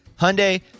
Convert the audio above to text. Hyundai